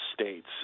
states